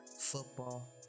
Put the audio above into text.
football